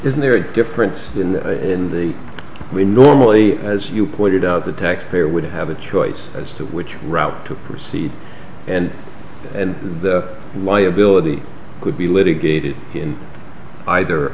isn't there a difference in the in the we normally as you pointed out the taxpayer would have a choice as to which route to proceed and and the liability could be litigated in either